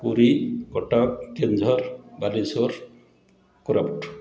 Puri Cuttack Keonjhar Balasore Koraput